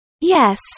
Yes